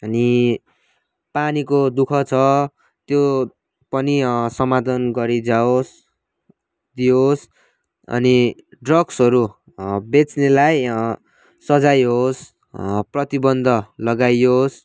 अनि पानीको दु ख छ त्यो पनि समाधान गरिजाओस् दिओस् अनि ड्रग्सहरू बेच्नेलाई सजाय होस् प्रतिबन्ध लगाइयोस्